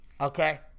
okay